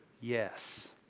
Yes